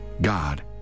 God